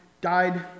died